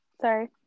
Sorry